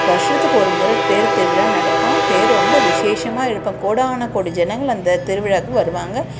வருஷத்துக்கு ஒரு முறை தேர் திருவிழா நடக்கும் தேர் ரொம்ப விசேஷமாக இழுப்பேன் கோடான கோடி ஜனங்கள் அந்த திருவிழாவுக்கு வருவாங்க